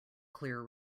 clear